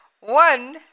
one